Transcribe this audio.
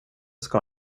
ska